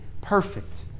perfect